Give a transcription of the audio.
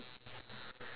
the tablet